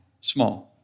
small